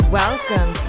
welcome